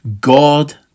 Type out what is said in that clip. God